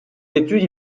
études